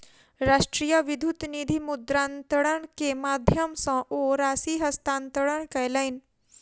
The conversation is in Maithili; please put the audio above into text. राष्ट्रीय विद्युत निधि मुद्रान्तरण के माध्यम सॅ ओ राशि हस्तांतरण कयलैन